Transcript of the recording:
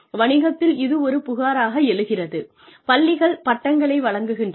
வணிகத்தில் இது ஒரு புகாராக எழுகிறது பள்ளிகள் பட்டங்களை வழங்குகின்றன